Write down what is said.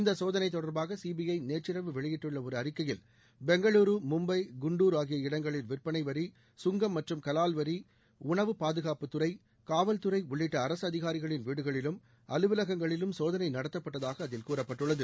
இந்த சோதனை தொடர்பாக சிபிஐ நேற்றிரவு வெளியிட்ட ஒரு அறிக்கையில் பெங்களூரு மும்பை குன்டூர் ஆகிய இடங்களில் விற்பளை வரி சங்கம் மற்றும் கலால் வரி உணவு பாதுகாப்புத் துறை காவல்துறை உள்ளிட்ட அரசு அதிகாரிகளின் வீடுகளிலும் அலுவலகங்களிலும் சோதனை நடத்தப்பட்டதாக கூறப்பட்டுள்ளது